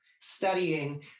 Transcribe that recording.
studying